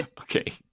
Okay